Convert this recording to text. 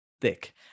thick